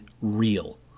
real